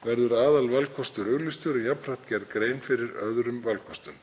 verður aðalvalkostur auglýstur en jafnframt gerð grein fyrir öðrum valkostum.